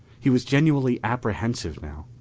he was genuinely apprehensive now.